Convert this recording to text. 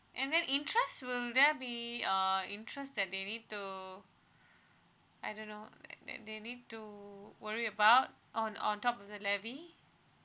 and then interests will there be uh interest that they need to I don't know like that they need to worry about on on top of the levy